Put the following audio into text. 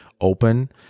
open